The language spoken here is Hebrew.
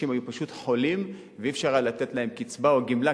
ואנשים היו פשוט חולים ולא היה אפשר לתת להם קצבה או גמלה,